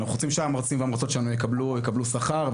אנחנו רוצים שהמרצים והמוסדות שלנו יקבלו שכר,